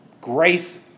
Grace